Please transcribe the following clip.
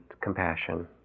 compassion